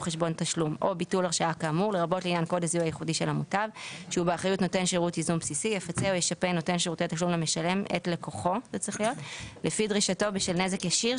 תיקון חוק שירותי תשלום 72. בחוק שירותי תשלום,